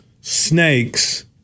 snakes